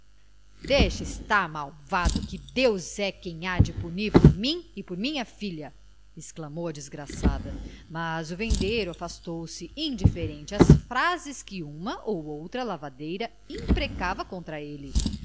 deixa estar malvado que deus é quem há de punir por mim e por minha filha exclamou a desgraçada mas o vendeiro afastou-se indiferente às frases que uma ou outra lavadeira imprecava contra ele